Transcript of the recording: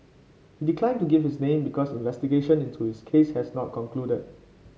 he declined to give his name because investigation into his case has not concluded